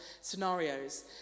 scenarios